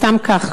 סתם כך.